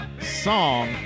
song